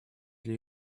для